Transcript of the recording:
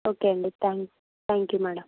okay అండి thank thank you madam